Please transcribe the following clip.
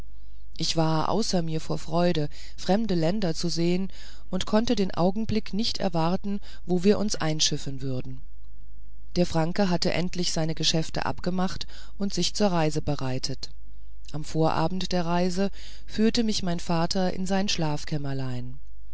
ich war außer mir vor freuden fremde länder zu sehen und konnte den augenblick nicht erwarten wo wir uns einschiffen würden der franke hatte endlich seine geschäfte abgemacht und sich zur reise bereitet am vorabend der reise führte mich mein vater in sein